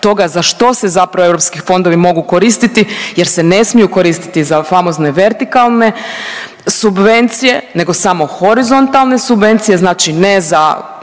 toga za što se zapravo europski fondovi mogu koristiti jer se ne smiju koristiti za famozne vertikalne subvencije nego samo horizontalne subvencije, znači ne za